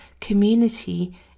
community